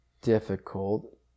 difficult